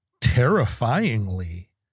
terrifyingly